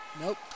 Nope